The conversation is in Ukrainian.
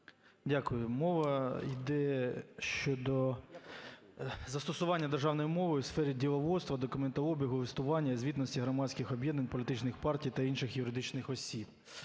Дякую. Мова іде щодо застосування державної мови у сфері діловодства, документообігу, листування і звітності громадських об'єднань, політичних партій та інших юридичних осіб.